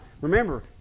remember